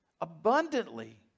abundantly